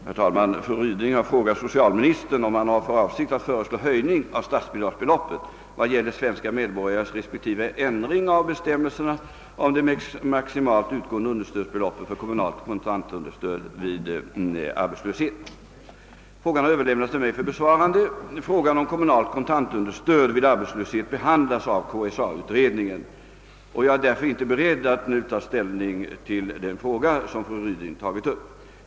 Herr talman! Fru Ryding har frågat socialministern, om han har för avsikt att föreslå höjning av statsbidragsbeloppet vad gäller svenska medborgare respektive ändring av bestämmelserna om det maximalt utgående under Frågan har överlämnats till mig för besvarande. | Frågan om kommunalt kontantunderstöd vid arbetslöshet behandlas av KSA utredningen. Jag är därför inte beredd att nu ta ställning i den fråga som fru Ryding tagit upp.